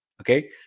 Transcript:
Okay